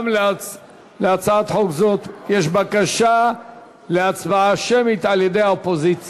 גם להצעת חוק זאת יש בקשה להצבעה שמית מהאופוזיציה,